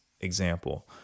example